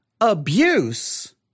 abuse